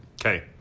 okay